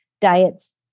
diets